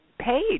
paid